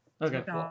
Okay